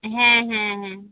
হ্যাঁ হ্যাঁ হ্যাঁ